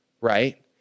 right